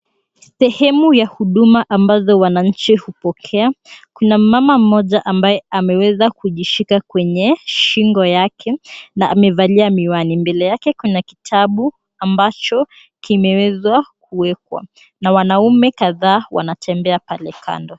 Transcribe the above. Sehemu ya huduma ambazo wananchi hupokea, kuna mama mmoja ambaye ameweza kujishika kwenye shingo yake na amevalia miwani. Mbele yake kuna kitabu ambacho kimeweza kuwekwa na wanaume kadhaa wanatembea pale kando.